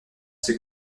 ses